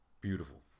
beautiful